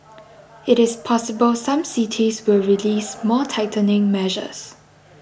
it is possible some cities will release more tightening measures